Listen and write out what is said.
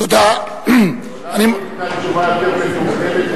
תשובה יותר מתוחכמת,